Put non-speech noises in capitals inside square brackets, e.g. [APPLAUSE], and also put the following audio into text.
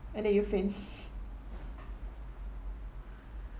and then you faint [LAUGHS]